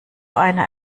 einer